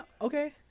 okay